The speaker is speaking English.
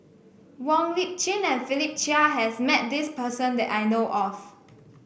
Wong Lip Chin and Philip Chia has met this person that I know of